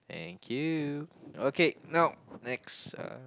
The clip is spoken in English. thank you okay now next uh